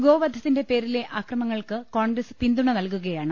ഗോവധത്തിന്റെ പേരിലെ അക്രമ ങ്ങൾക്ക് കോൺഗ്രസ് പിന്തുണ നൽകുകയാണ്